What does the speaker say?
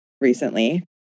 recently